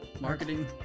Marketing